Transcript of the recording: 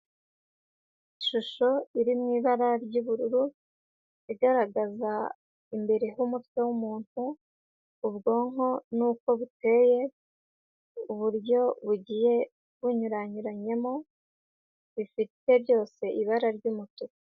Ishusho iri mu ibara ry'ubururu igaragaza imbere h'umutwe w'umuntu, ubwonko n'uko buteye uburyo bugiye bunyuranyuranyemo bifite byose ibara ry'umutuku.